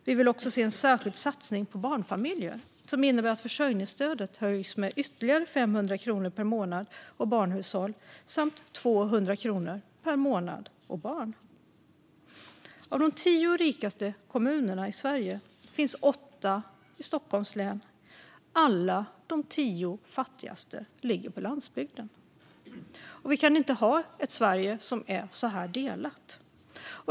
Vi vill också se en särskild satsning på barnfamiljer som innebär att försörjningsstödet höjs med ytterligare 500 kronor per månad och barnhushåll samt med 200 kronor per månad och barn. Av de rikaste kommunerna i Sverige finns åtta i Stockholms län. Alla de tio fattigaste ligger på landsbygden. Vi kan inte ha ett Sverige som är så här delat.